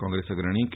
કોંગ્રેસ અગ્રણી કે